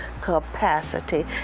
capacity